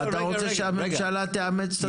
אתה רוצה שהממשלה תאמץ את התפיסות.